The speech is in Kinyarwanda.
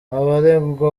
abaregwa